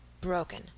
broken